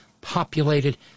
populated